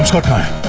okay,